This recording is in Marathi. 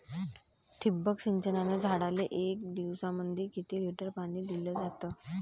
ठिबक सिंचनानं झाडाले एक दिवसामंदी किती लिटर पाणी दिलं जातं?